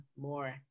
more